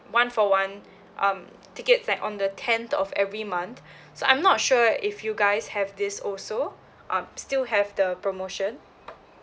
one for one um tickets like on the tenth of every month so I'm not sure if you guys have this also um still have the promotion